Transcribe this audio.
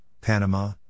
Panama